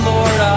Lord